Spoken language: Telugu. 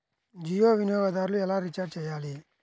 జియో వినియోగదారులు ఎలా రీఛార్జ్ చేయాలి?